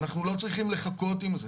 ואנחנו צריכים לחכות עם זה.